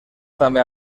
també